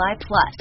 Plus